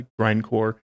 grindcore